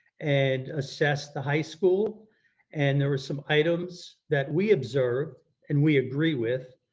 and assessed the high school and there was some items that we observed and we agree with,